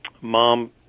mom